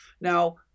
Now